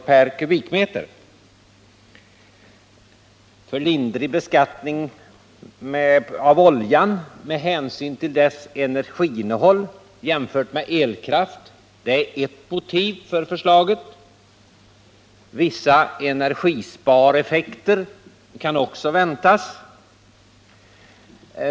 per m?. Att det varit för lindrig beskattning av oljan — med hänsyn till dess energiinnehåll — jämfört med elkraften är ett motiv till förslaget. Vissa energispareffekter kan också väntas.